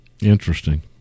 Interesting